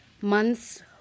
months